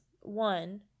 one